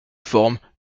formes